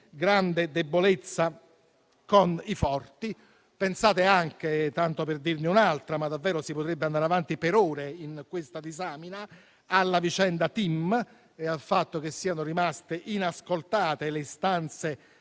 grande debolezza con i forti. Tanto per citare un altro esempio, ma davvero si potrebbe andare avanti per ore in questa disamina, pensate alla vicenda TIM e al fatto che siano rimaste inascoltate le istanze